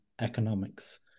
economics